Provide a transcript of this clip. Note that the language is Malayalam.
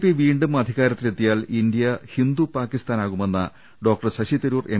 പി വീണ്ടും അധികാരത്തിലെത്തിയാൽ ഇന്തൃ ഹിന്ദു പാക്കി സ്ഥാനാകുമെന്ന ഡോക്ടർ ശശി തരൂർ എം